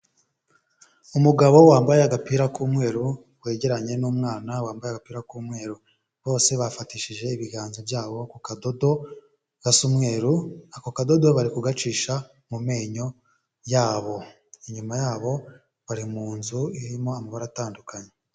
Umugabo wambaye agapira k'umweru, wegeranye n'umwana wambaye agapira k'umweru, bose bafatishije ibiganza byabo ku kadodo, gasa umweru, ako kadodo bari kugacisha mu menyo yabo, inyuma yabo bari mu nzu irimo amabara atandukanye